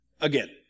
again